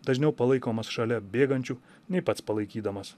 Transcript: dažniau palaikomas šalia bėgančių nei pats palaikydamas